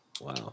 Wow